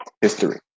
history